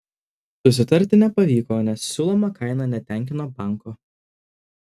susitarti nepavyko nes siūloma kaina netenkino banko